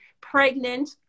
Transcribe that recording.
pregnant